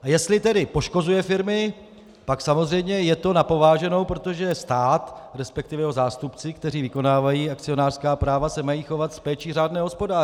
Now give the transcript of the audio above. A jestli tedy poškozuje firmy, pak samozřejmě je to na pováženou, protože stát, resp. jeho zástupci, kteří vykonávají akcionářská práva, se mají chovat s péčí řádného hospodáře.